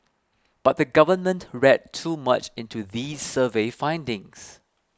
but the government read too much into these survey findings